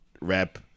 rap